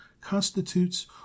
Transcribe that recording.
constitutes